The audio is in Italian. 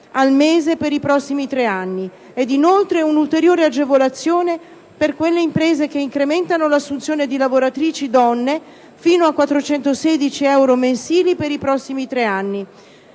al mese per i prossimi tre anni. Inoltre, vorremmo introdurre un'ulteriore agevolazione per quelle imprese che incrementano l'assunzione di lavoratrici donne fino a 416 euro mensili per i prossimi tre anni.